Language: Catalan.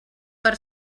per